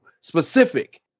specific